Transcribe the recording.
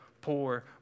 poor